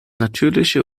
natürliche